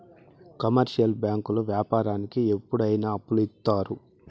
commercial బ్యాంకులు వ్యాపారానికి ఎప్పుడు అయిన అప్పులు ఇత్తారు